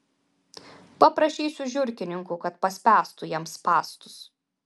paprašysiu žiurkininkų kad paspęstų jam spąstus